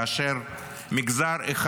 כאשר מגזר אחד,